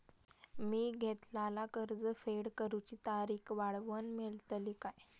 मी घेतलाला कर्ज फेड करूची तारिक वाढवन मेलतली काय?